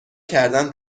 کردن